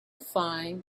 find